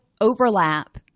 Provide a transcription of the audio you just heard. overlap